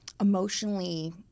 emotionally